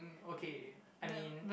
um okay I mean